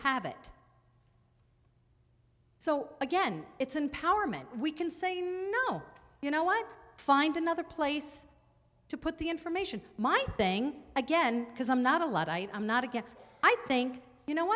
have it so again it's empowerment we can say no you know i find another place to put the information my thing again because i'm not a lot i i'm not again i think you know